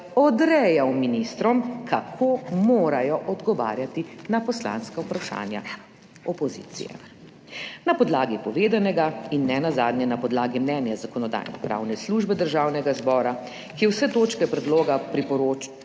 odrejal ministrom, kako morajo odgovarjati na poslanska vprašanja opozicije. Na podlagi povedanega in nenazadnje na podlagi mnenja Zakonodajno-pravne službe Državnega zbora, ki je vse točke predloga priporočil